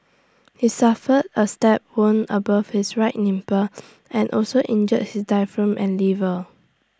he suffered A stab wound above his right nipple and also injured his diaphragm and liver